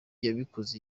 yabikoze